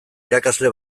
irakasle